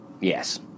Yes